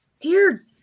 Dear